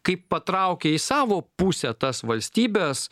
kaip patraukė į savo pusę tas valstybes